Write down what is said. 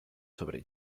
sobre